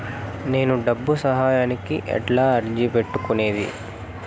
నేను డబ్బు సహాయానికి ఎట్లా అర్జీ పెట్టుకునేది?